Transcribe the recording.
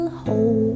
hold